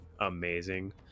amazing